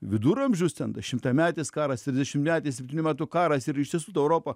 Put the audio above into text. viduramžius ten tas šimtametis karas trisdešimtmetis septynių metų karas ir iš tiesų ta europa